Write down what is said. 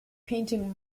painting